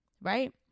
Right